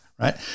Right